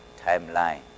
timeline